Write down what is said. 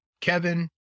Kevin